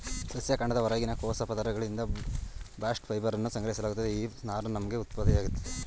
ಸಸ್ಯ ಕಾಂಡದ ಹೊರಗಿನ ಕೋಶ ಪದರಗಳಿಂದ ಬಾಸ್ಟ್ ಫೈಬರನ್ನು ಸಂಗ್ರಹಿಸಲಾಗುತ್ತದೆ ಈ ನಾರು ನಮ್ಗೆ ಉತ್ಮವಾಗಿದೆ